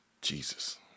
Jesus